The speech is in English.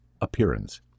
appearance